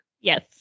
Yes